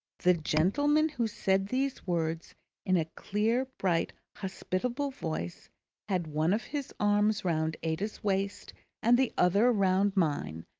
the gentleman who said these words in a clear, bright, hospitable voice had one of his arms round ada's waist and the other round mine,